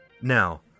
Now